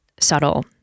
subtle